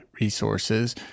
resources